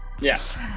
yes